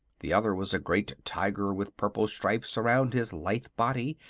the other was a great tiger with purple stripes around his lithe body,